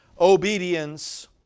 obedience